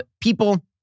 people